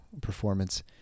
performance